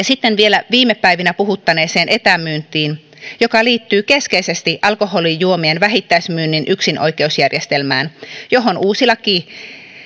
sitten vielä viime päivinä puhuttaneeseen etämyyntiin joka liittyy keskeisesti alkoholijuomien vähittäismyynnin yksinoikeusjärjestelmään johon uusi laki